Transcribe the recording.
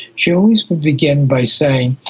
she always would begin by saying,